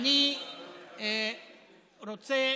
אני רוצה